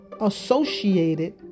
associated